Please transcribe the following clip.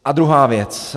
A druhá věc.